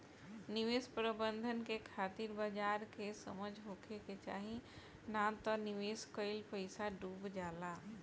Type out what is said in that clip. निवेश प्रबंधन के खातिर बाजार के समझ होखे के चाही नात निवेश कईल पईसा डुब जाला